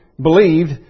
believed